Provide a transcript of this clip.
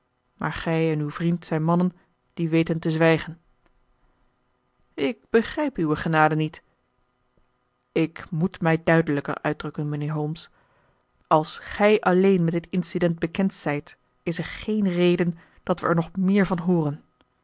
maar gij en uw vriend zijn mannen die weten te zwijgen illustratie de moordenaar is ontsnapt ik begrijp uwe genade niet ik moet mij duidelijker uitdrukken mr holmes als gij alleen met dit incident bekend zijt is er geen reden dat we er nog meer van hooren